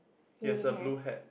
he has a blue hat